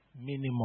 minimum